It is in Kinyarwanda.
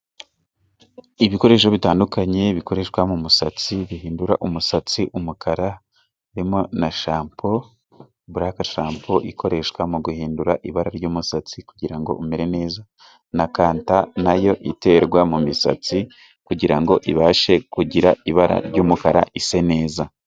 Ibikoresho bitandukanye bikoreshwa mu musatsi bihindura umusatsi umukara harimo na shampo, bulaka shampo ikoreshwa mu guhindura ibara ry'umusatsi kugira ngo umere neza ,na kanta nayo iterwa mu misatsi kugira ngo ibashe kugira ibara ry'umukara ise neza.